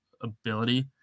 ability